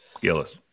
Gillis